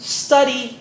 study